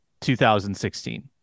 2016